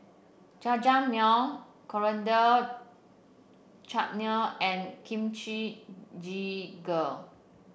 Jajangmyeon Coriander Chutney and Kimchi Jjigae